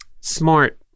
Smart